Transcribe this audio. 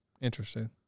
Interesting